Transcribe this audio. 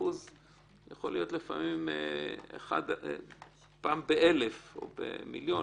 זה יכול להיות, לפעמים אחד לאלף או למיליון,